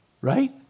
Right